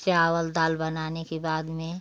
चावल दाल बनाने के बाद में